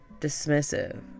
dismissive